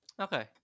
okay